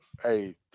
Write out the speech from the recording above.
Hey